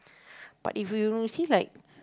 but if you see like